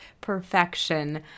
perfection